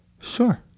Sure